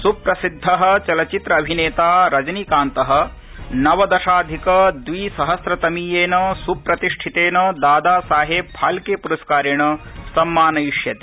सुप्रसिद्ध चलचित्र अभिनेता रजनीकान्त नवदशाधिक द्वि सहस्रतमीयेन सुप्रतिष्ठितेन दादा साहेब फाल्के पुरस्कारेण सम्मानयिष्यते